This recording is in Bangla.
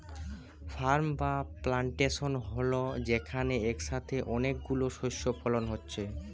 ফার্ম বা প্লানটেশন হল যেখানে একসাথে অনেক গুলো শস্য ফলন হচ্ছে